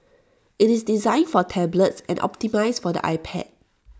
IT is designed for tablets and optimised for the iPad